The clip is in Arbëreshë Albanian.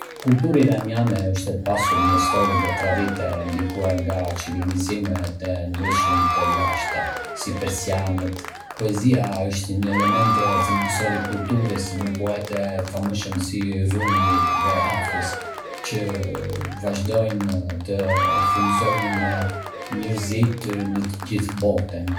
Kultura iraniane është e pasur me histori dhe traditë, e ndikuar nga civilizime të ndryshme të lashta, si persianët. Poezia është një element thelbësor i kulturës, me poetë të famshëm si Rumi dhe Hafez që vazhdojnë të frymëzojnë njerëzit në të gjithë botën.